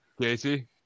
Casey